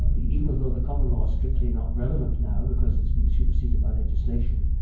ah even although the common law is strictly not relevant now because it's been superseded by legislation,